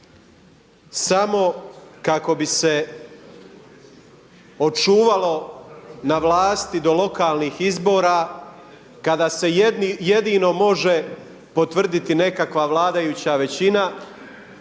samo kako bi se očuvalo na vlasti do lokalnih izbora kada se jedino može potvrditi nekakva vladajuća većina.